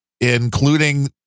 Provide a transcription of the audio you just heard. including